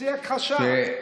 תוציא הכחשה.